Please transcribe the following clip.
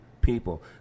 people